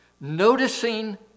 Noticing